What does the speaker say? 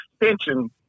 extension